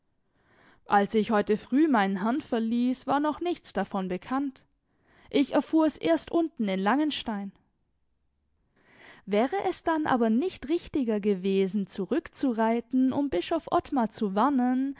als ich heute früh meinen herrn verließ war noch nichts davon bekannt ich erfuhr es erst unten in langenstein wäre es dann aber nicht richtiger gewesen zurückzureiten um bischof ottmar zu warnen